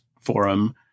forum